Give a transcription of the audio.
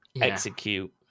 Execute